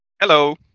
Hello